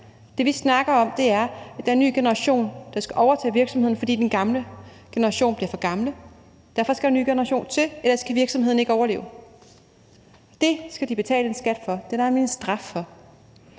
det, vi snakker om, er, at der er en ny generation, der skal overtage virksomheden, fordi den gamle generation bliver for gammel. Derfor skal der en ny generation til; ellers kan virksomheden ikke overleve. Det skal de betale en skat for; det er der nemlig en straf for.